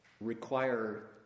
require